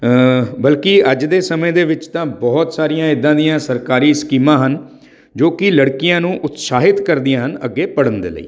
ਬਲਕਿ ਅੱਜ ਦੇ ਸਮੇਂ ਦੇ ਵਿੱਚ ਤਾਂ ਬਹੁਤ ਸਾਰੀਆਂ ਇੱਦਾਂ ਦੀਆਂ ਸਰਕਾਰੀ ਸਕੀਮਾਂ ਹਨ ਜੋ ਕਿ ਲੜਕੀਆਂ ਨੂੰ ਉਤਸ਼ਾਹਿਤ ਕਰਦੀਆਂ ਹਨ ਅੱਗੇ ਪੜ੍ਹਨ ਦੇ ਲਈ